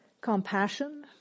compassion